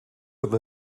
have